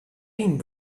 been